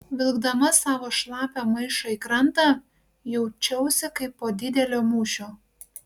vilkdama savo šlapią maišą į krantą jaučiausi kaip po didelio mūšio